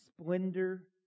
splendor